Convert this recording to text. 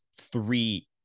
three